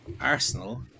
Arsenal